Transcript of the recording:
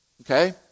Okay